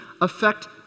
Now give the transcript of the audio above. affect